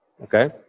Okay